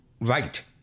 right